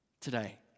Today